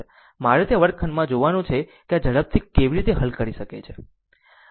મારે તે વર્ગખંડમાં જોવાનું છે કે આ ઝડપથી કેવી રીતે હલ કરી શકે છે